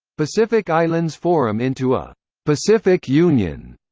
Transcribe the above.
pacific islands forum into a pacific union